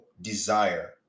desire